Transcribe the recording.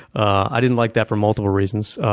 i didn't like that for multiple reasons.